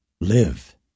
live